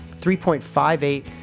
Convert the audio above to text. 3.58